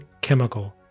Chemical